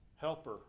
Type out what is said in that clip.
Helper